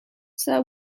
sir